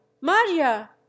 maria